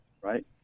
right